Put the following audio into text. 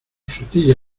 flotilla